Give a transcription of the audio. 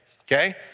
okay